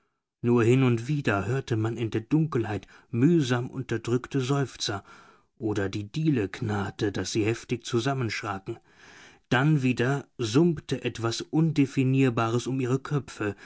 nur hin und wieder hörte man in der dunkelheit mühsam unterdrückte seufzer oder die diele knarrte daß sie heftig zusammenschraken dann wieder summte etwas undefinierbares um ihre köpfe